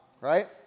right